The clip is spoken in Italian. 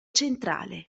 centrale